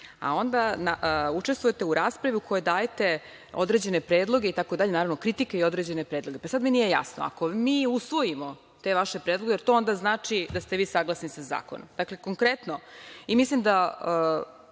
a onda učestvujete u raspravi u kojoj dajete određene predloge itd, naravno, kritike i određene predloge. Pa, sada mi nije jasno, ako mi usvojimo te vaše predloge, jer to onda znači da ste vi saglasni sa zakonom? Mislim da